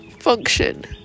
function